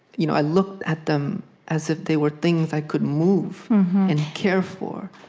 you know i looked at them as if they were things i could move and care for